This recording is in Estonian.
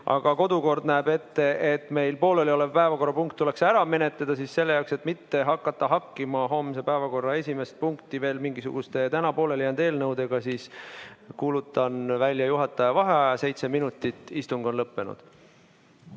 aga kodukord näeb ette, et pooleli olev päevakorrapunkt tuleks ära menetleda, siis selle jaoks, et mitte hakata hakkima homse päevakorra esimest punkti veel mingisuguste täna pooleli jäänud eelnõudega, kuulutan välja juhataja vaheaja seitse minutit. Istung on lõppenud.